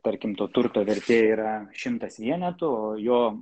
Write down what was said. tarkim to turto vertė yra šimtas vienetų o jo